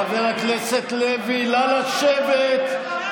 (חברת הכנסת יוליה מלינובסקי קונין יוצאת מאולם